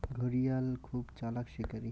ঘড়িয়াল খুব চালাক শিকারী